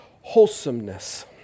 wholesomeness